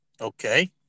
Okay